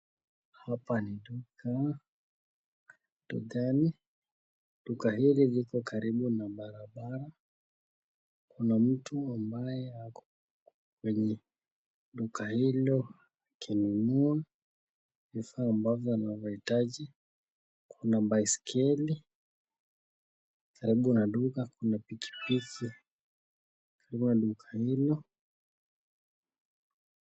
Hapa ni duka , dukani duka hili liko karibu na barabara kuna mtu ambaye kwenye duka hilo kununua pesa ambazo anaitaji kuna baskeli karibu na duka kuna pikipiki kwa duka hilo.